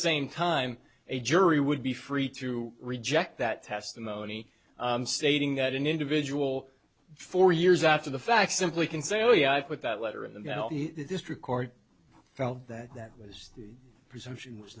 same time a jury would be free to reject that testimony stating that an individual four years after the fact simply can say oh yeah i put that letter in the district court so that that was the presumption was